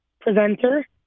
presenter